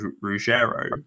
Ruggiero